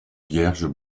vierges